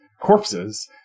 corpses